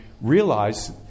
realize